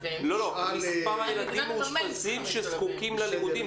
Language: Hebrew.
הילדים המאושפזים הזקוקים ללי מודים,